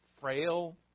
frail